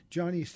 Johnny